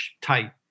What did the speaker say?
Tight